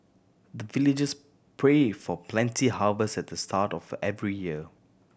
the villagers pray for plenty harvest at the start of every year